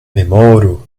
memoru